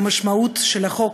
המשמעות של החוק,